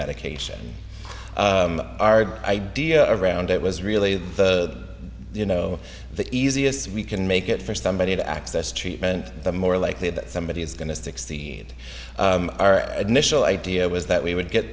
medication idea around it was really the you know the easiest if we can make it for somebody to access treatment the more likely that somebody is going to succeed our initial idea was that we would get